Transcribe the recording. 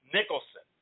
Nicholson